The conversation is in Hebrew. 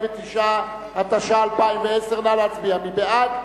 49), התש"ע 2010. מי בעד?